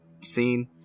scene